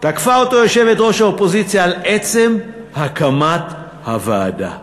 תקפה אותו יושבת-ראש האופוזיציה על עצם הקמת הוועדה.